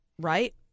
Right